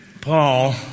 Paul